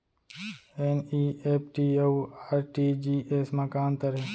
NEFT अऊ RTGS मा का अंतर हे?